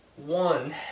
One